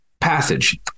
passage